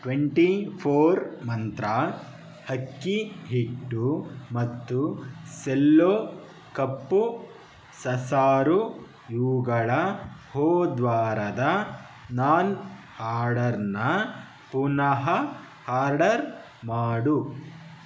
twenty four Mantra ಅಕ್ಕಿ ಹಿಟ್ಟು ಮತ್ತು ಸೆಲ್ಲೊ ಕಪ್ಪು ಸಸಾರು ಇವುಗಳ ಹೋದವಾರದ ನನ್ ಆರ್ಡರನ್ನ ಪುನಃ ಆರ್ಡರ್ ಮಾಡು